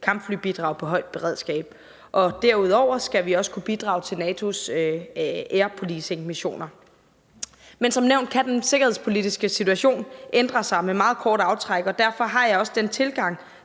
kampflybidrag på højt beredskabsniveau. Derudover skal vi også kunne bidrage til NATO's air policing-missioner. Men som nævnt kan den sikkerhedspolitiske situation ændre sig med meget kort varsel. Derfor har jeg også den tilgang